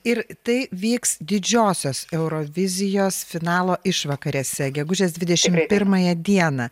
ir tai vyks didžiosios eurovizijos finalo išvakarėse gegužės dvidešimt pirmąją dieną